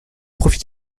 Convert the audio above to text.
profite